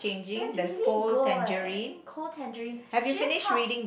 is really good Core Tangerines she just tucks